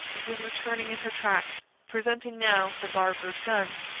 and was returning in her tracks, presenting now her larboard guns,